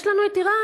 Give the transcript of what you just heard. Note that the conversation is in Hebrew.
יש לנו אירן.